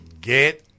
Get